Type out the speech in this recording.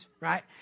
right